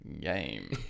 game